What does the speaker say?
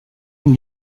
une